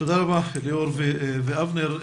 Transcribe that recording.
תודה רבה, ליאור ואבנר.